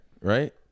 right